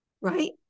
Right